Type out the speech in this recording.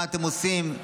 מה אתם עושים,